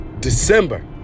December